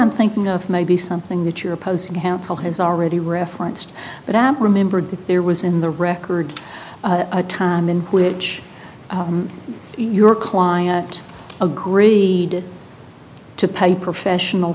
i'm thinking of maybe something that you're opposing counsel has already referenced but app remembered that there was in the record a time in which your client agree to pay professional